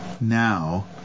now